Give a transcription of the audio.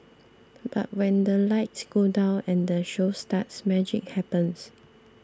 but when the lights go down and the show starts magic happens